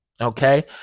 Okay